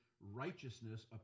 righteousness